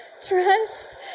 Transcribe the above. Trust